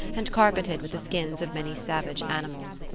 and carpeted with the skins of many savage animals.